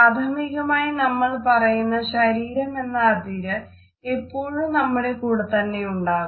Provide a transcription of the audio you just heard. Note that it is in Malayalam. പ്രാഥമികമായി നമ്മൾപറയുന്ന ശരീരം എന്ന അതിര് എപ്പോഴും നമ്മുടെ കൂടെത്തന്നെയുണ്ടുതാനും